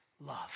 love